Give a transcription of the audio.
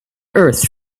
earth